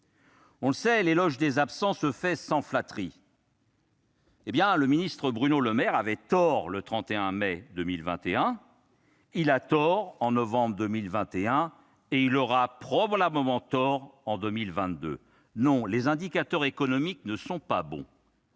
On le sait, « l'éloge des absents se fait sans flatterie ». Le ministre Bruno Le Maire avait tort le 31 mai 2021 ; il a tort en novembre 2021 ; il aura probablement tort en 2022. Non, les indicateurs économiques ne sont pas bons